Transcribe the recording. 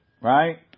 right